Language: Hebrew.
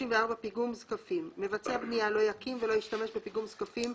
"פיגום זקפים 34. מבצע בנייה לא יקים ולא ישתמש בפיגום זקפים,